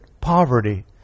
poverty